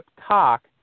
talk